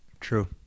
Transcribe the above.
true